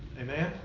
Amen